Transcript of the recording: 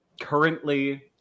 currently